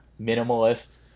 minimalist